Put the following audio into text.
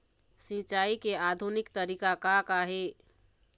सिचाई के आधुनिक तरीका का का हे?